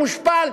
מושפל,